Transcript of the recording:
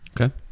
Okay